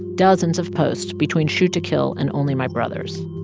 dozens of posts between shoot to kill and only my brothers